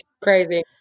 crazy